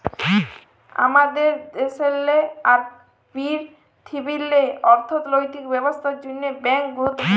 আমাদের দ্যাশেল্লে আর পীরথিবীল্লে অথ্থলৈতিক ব্যবস্থার জ্যনহে ব্যাংক গুরুত্তপুর্ল